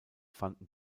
fanden